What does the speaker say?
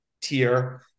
tier